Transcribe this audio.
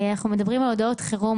אנחנו מדברים על הודעות חירום,